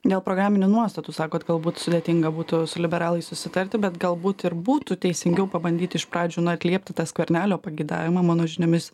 dėl programinių nuostatų sakot galbūt sudėtinga būtų su liberalais susitarti bet galbūt ir būtų teisingiau pabandyti iš pradžių atliepti tą skvernelio pageidavimą mano žiniomis